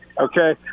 okay